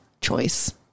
choice